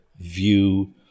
view